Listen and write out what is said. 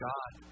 God